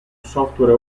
software